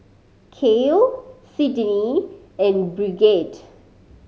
Cael Sydnie and Brigette